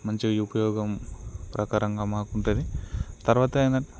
మంచిగా ఉపయోగం ప్రకారంగా మాకు ఉంటుంది తర్వాత ఏంటంటే